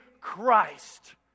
Christ